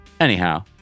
anyhow